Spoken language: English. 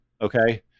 Okay